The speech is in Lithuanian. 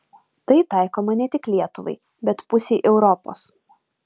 tai taikoma ne tik lietuvai bet pusei europos